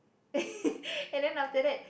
and then after that